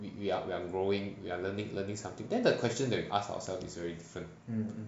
we are we are growing we are learning learning something then the question to ask ourselves is very different